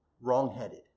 wrongheaded